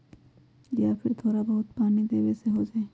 या फिर थोड़ा बहुत पानी देबे से हो जाइ?